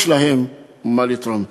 יש להם מה לתרום.